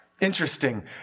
Interesting